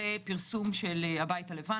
זה פרסום של הבית הלבן